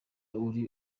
uriwe